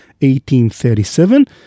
1837